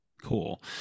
cool